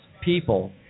people